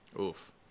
Oof